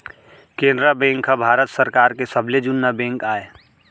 Canara bank ह भारत सरकार के सबले जुन्ना बेंक आय